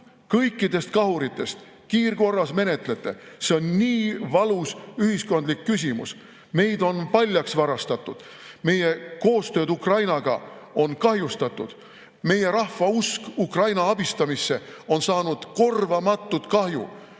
kõikidest kahuritest, kiirkorras menetlete, see on nii valus ühiskondlik küsimus, meid on paljaks varastatud, meie koostööd Ukrainaga on kahjustatud, meie rahva usk Ukraina abistamisse on saanud korvamatut kahju,